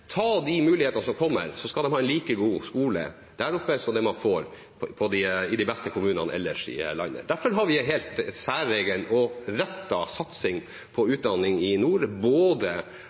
ta de mulighetene som kommer, skal de ha en like god skole der oppe som man får i de beste kommunene ellers i landet. Derfor har vi en helt særegen og rettet satsing på utdanning i nord, både